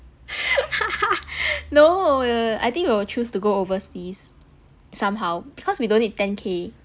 no ah I think we will choose to go overseas somehow because we don't need ten K